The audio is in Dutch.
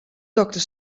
dokter